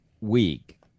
week